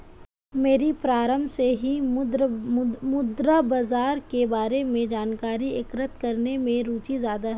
मेरी प्रारम्भ से ही मुद्रा बाजार के बारे में जानकारी एकत्र करने में रुचि ज्यादा है